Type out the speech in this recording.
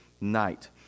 night